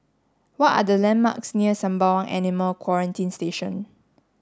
what are the landmarks near Sembawang Animal Quarantine Station